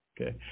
Okay